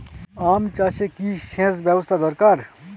আম চাষে কি সেচ ব্যবস্থা দরকার?